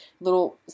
little